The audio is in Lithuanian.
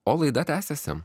o laida tęsiasi